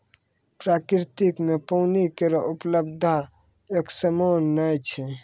प्रकृति म पानी केरो उपलब्धता एकसमान नै छै